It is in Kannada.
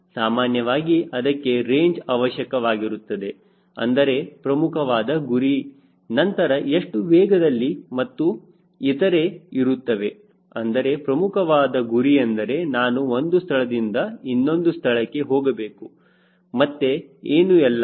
ಸಾಮಾನ್ಯವಾಗಿ ಅದಕ್ಕೆ ರೇಂಜ್ ಅವಶ್ಯಕವಾಗಿರುತ್ತದೆ ಅಂದರೆ ಪ್ರಮುಖವಾದ ಗುರಿ ನಂತರ ಎಷ್ಟು ವೇಗದಲ್ಲಿ ಮತ್ತು ಇತರೆ ಇರುತ್ತವೆ ಆದರೆ ಪ್ರಮುಖವಾದ ಗುರಿ ಎಂದರೆ ನಾನು ಒಂದು ಸ್ಥಳದಿಂದ ಇನ್ನೊಂದು ಸ್ಥಳಕ್ಕೆ ಹೋಗಬೇಕು ಮತ್ತೆ ಏನು ಇಲ್ಲ ಅಲ್ವಾ